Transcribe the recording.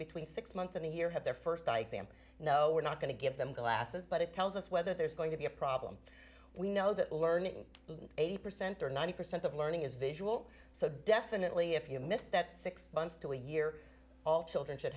between six months and here have their st dykes and no we're not going to give them glasses but it tells us whether there's going to be a problem we know that learning eighty percent or ninety percent of learning is visual so definitely if you miss that six months to a year all children should